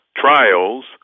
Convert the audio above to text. trials